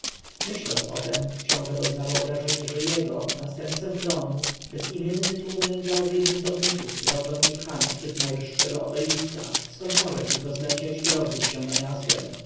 myśląc o tem książę doznawał wrażenia że jego następcę tronu bezimienny tłum nędzarzy i buntowników gwałtem pcha na szczyt najwyższego obeliska skąd można tylko zlecieć i rozbić się na miazgę